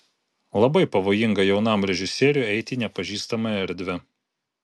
labai pavojinga jaunam režisieriui eiti į nepažįstamą erdvę